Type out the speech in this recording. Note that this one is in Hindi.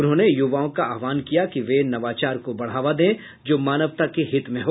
उन्होंने युवाओं का आह्वान किया कि वे नवाचार को बढ़ावा दें जो मानवता के हित में हो